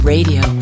Radio